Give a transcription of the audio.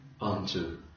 unto